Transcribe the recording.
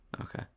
okay